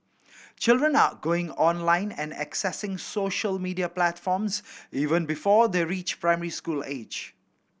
children are going online and accessing social media platforms even before they reach primary school age